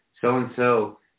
so-and-so